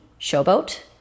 Showboat